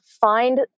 find